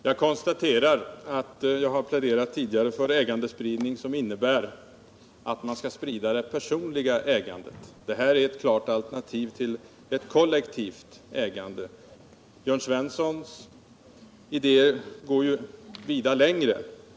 Herr talman! Jag har pläderat för ägandespridning som gör att det personliga ägandet sprids. Det är ett klart alternativ till ett kollektivt ägande. Jörn Svenssons idéer går vida längre.